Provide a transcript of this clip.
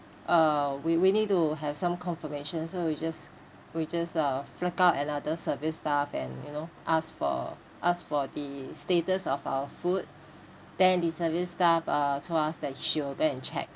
uh we we need to have some confirmation so we just we just uh flagged up another service staff and you know asked for asked for the status of our food then the service staff uh told us that she will go and check